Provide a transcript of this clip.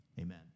Amen